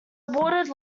awarded